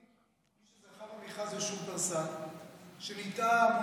מי שזכה במכרז זה שופרסל, שנהייתה מונופול,